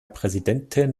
präsidentin